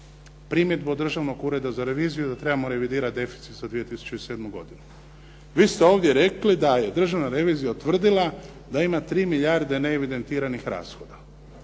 primjedbu od Državnog ureda za reviziju, da trebamo revidirati deficit za 2007. godinu. Vi ste ovdje rekli da je Državna revizija utvrdila da ima 3 milijarde neevidentiranih rashoda.